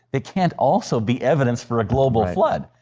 they can't also be evidence for a global flood.